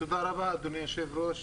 תודה רבה אדוני היושב-ראש.